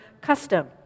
custom